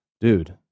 dude